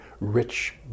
rich